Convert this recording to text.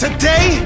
Today